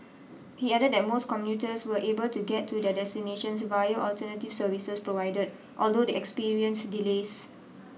he added that most commuters were able to get to their destinations via alternative services provided although they experienced delays